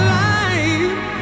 life